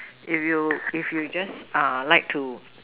if you if you just uh like to